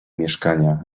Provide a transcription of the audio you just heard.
mieszkania